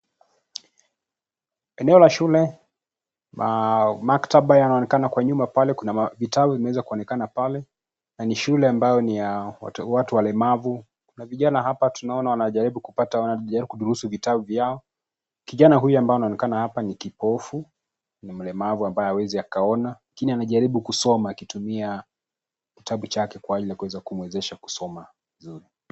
Eneo la shule maktaba inaonekana nyuma pale na vitabu zinaweza kuonekana pale nani shule ambayo niya watu walemavu na vijana hapa tunaona wanajaribu kudurusu vitabu vyao. Kijana huyu anaonekana hapa ni kipofu na mlemavu ambaye hawezi akaona lakini anajaribu kusoma akitumia kitabu chake ili kuweza kumwezesha kusoma vizuri.